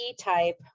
type